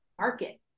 market